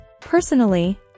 Personally